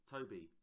Toby